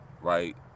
right